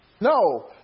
No